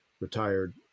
retired